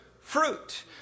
fruit